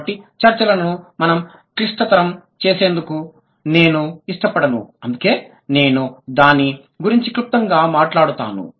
కాబట్టి చర్చలను మరింత క్లిష్టతరం చేసేందుకు నేను ఇష్టపడను అందుకే నేను దాని గురించి క్లుప్తంగా మాట్లాడతాను